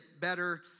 better